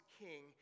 king